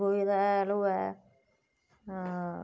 गोहे दा हैल होए अं